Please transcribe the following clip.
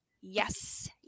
Yes